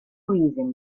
reason